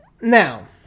Now